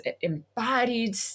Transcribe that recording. embodied